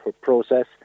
process